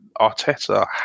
Arteta